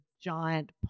giant